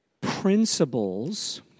principles